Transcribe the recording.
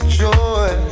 joy